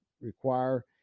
require